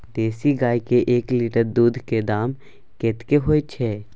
देसी गाय के एक लीटर दूध के दाम कतेक होय छै?